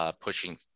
pushing